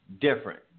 different